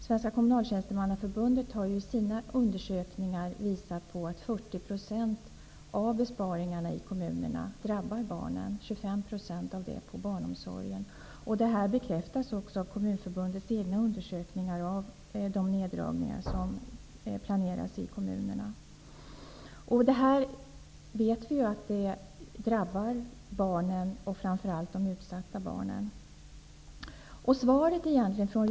Svenska kommunaltjänstemannaförbundet visar i sina undersökningar på att 40 % av besparingarna i kommunerna drabbar barnen -- 25 % gäller barnomsorgen. Detta bekräftas av Kommunförbundets egna undersökningar av de neddragningar som planeras i kommunerna. Vi vet att barn drabbas i det här sammanhanget. Framför allt gäller det de utsatta barnen.